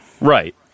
Right